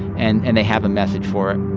and and they have a message for